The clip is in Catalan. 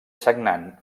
sagnant